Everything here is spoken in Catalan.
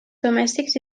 domèstics